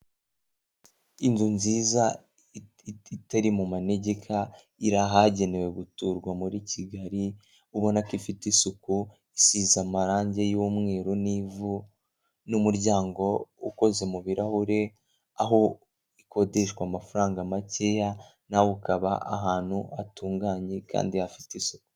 Inzu nziza itari mu manegeka iri ahagenewe guturwa muri Kigali, ubona ko ifite isuku, isize amarangi y'umweru n'ivu, n'umuryango ukoze mu birarahure aho ikodeshwa amafaranga makeya, nawe ukaba ahantu hatunganye kandi hafite isuku.